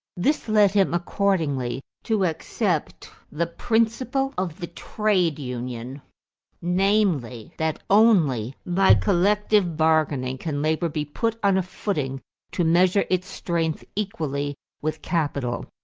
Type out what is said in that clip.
this led him, accordingly, to accept the principle of the trade union namely, that only by collective bargaining can labor be put on a footing to measure its strength equally with capital.